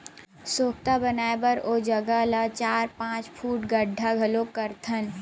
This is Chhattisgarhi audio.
सोख्ता बनाए बर ओ जघा ल चार, पाँच फूट गड्ढ़ा घलोक करथन